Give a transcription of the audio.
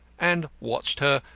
and watched her,